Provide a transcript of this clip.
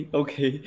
okay